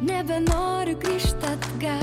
nebenoriu grįžt atgal